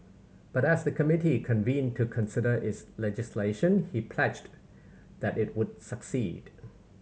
but as the committee convened to consider its legislation he pledged that it would succeed